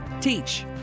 teach